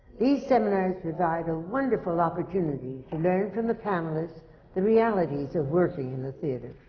these seminars provide a wonderful opportunity to learn from the panelists the realities of working in the theatre.